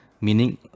meaning